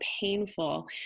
painful